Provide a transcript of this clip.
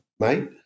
mate